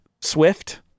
Swift